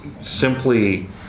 simply